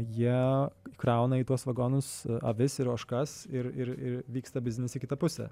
jie krauna į tuos vagonus avis ir ožkas ir ir ir vyksta biznis į kitą pusę